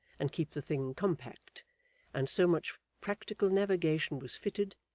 and keep the thing compact and so much practical navigation was fitted,